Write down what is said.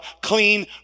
clean